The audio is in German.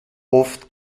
oft